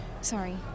Sorry